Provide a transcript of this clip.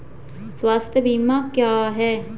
स्वास्थ्य बीमा क्या है?